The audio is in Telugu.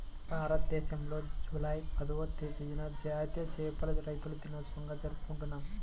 భారతదేశంలో జూలై పదవ తేదీన జాతీయ చేపల రైతుల దినోత్సవంగా జరుపుకుంటున్నాం